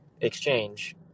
exchange